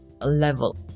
level